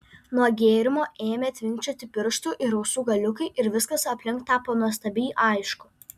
nuo gėrimo ėmė tvinkčioti pirštų ir ausų galiukai ir viskas aplink tapo nuostabiai aišku